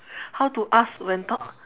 how to ask when talk